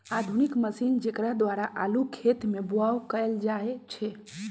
आधुनिक मशीन जेकरा द्वारा आलू खेत में बाओ कएल जाए छै